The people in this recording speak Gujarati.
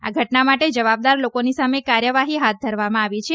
આ ઘટના માટે જવાબદાર લોકોની સામે કાર્યવાહી હાથ ધરવામાં આવી છે